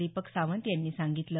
दीपक सावंत यांनी सांगितलं